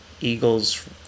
Eagles